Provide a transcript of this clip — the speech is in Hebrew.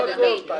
זה הכול.